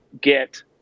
get